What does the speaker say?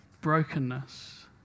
brokenness